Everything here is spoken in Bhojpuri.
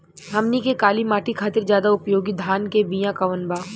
हमनी के काली माटी खातिर ज्यादा उपयोगी धान के बिया कवन बा?